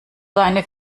seine